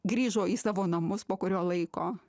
grįžo į savo namus po kurio laiko